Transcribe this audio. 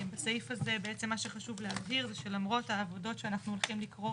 בסעיף הזה מה שחשוב להבהיר זה שלמרות העבודות שאנחנו הולכים לקרוא